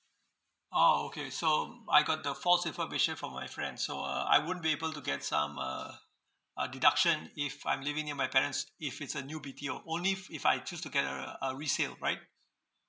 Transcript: uh okay so I got the false information from my friends so uh I won't be able to get some uh a deduction if I'm living near my parents if it's a new B_T_O only if if I choose to get uh a resale right